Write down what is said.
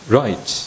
right